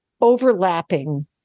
overlapping